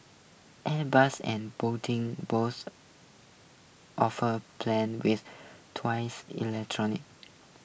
Airbus and boating both offer planes with twice electronic